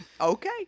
okay